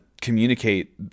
communicate